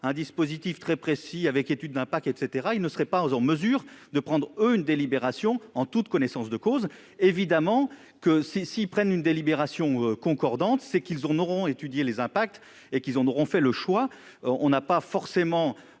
un dispositif très précis, avec étude d'impact et, ils ne seraient pas en mesure de prendre une délibération en toute connaissance de cause. Bien sûr ! S'ils prennent des délibérations concordantes, c'est évidemment qu'ils en auront étudié les impacts et qu'ils en auront fait le choix. Pourquoi un